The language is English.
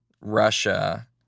Russia